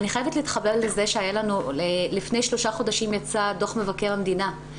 אני חייבת להתחבר לזה שלפני שלושה חודשים יצא דו"ח מבקר המדינה,